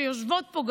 שגם יושבות פה,